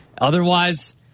Otherwise